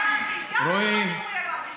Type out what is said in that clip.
גם בדיור ציבורי העברתי חוקים.